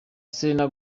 selena